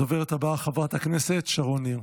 הדוברת הבאה, חברת הכנסת שרון ניר.